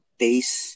taste